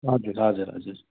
हजुर हजुर हजुर